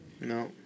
No